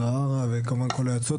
זוהרה וכמובן כל היועצות,